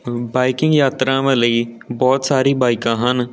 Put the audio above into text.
biking ਯਾਤਰਾਵਾਂ ਲਈ ਬਹੁਤ ਸਾਰੀ ਬਾਈਕਾਂ ਹਨ